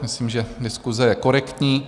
Myslím, že diskuse je korektní.